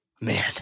man